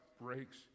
breaks